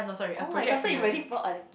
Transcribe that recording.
[oh]-my-god so you really bought a